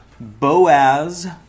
Boaz